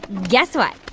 guess what?